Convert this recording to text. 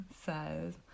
says